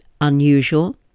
unusual